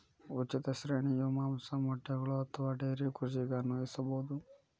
ಉಚಿತ ಶ್ರೇಣಿಯು ಮಾಂಸ, ಮೊಟ್ಟೆಗಳು ಅಥವಾ ಡೈರಿ ಕೃಷಿಗೆ ಅನ್ವಯಿಸಬಹುದು